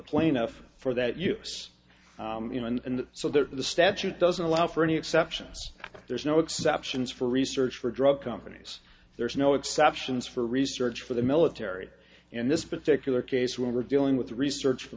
plaintiff for that use you know and so that the statute doesn't allow for any exceptions there's no exceptions for research for drug companies there's no exceptions for research for the military in this particular case when we're dealing with research for